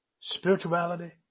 spirituality